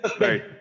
right